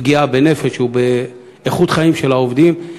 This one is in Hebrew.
לפגיעה בנפש ובאיכות החיים של העובדים,